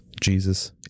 Jesus